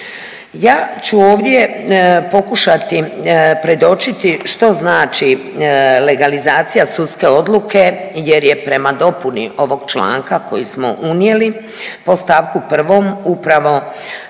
Ja ću ovdje pokušati predočiti što znači legalizacija sudske odluke jer je prema dopuni ovog članka koji smo unijeli po st. 1. upravo